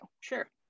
Sure